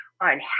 on